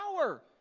power